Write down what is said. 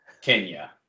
Kenya